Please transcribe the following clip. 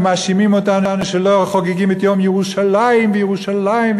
ומאשימים אותנו שלא חוגגים את יום ירושלים בירושלים,